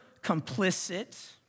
complicit